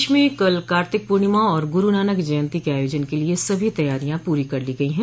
प्रदेश में कल कार्तिक पूर्णिमा और गुरू नानक जयन्ती के आयोजन के लिये सभी तैयारियां पूरी कर ली गई है